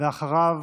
אחריו,